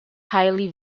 highly